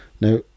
Now